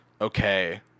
okay